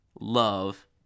love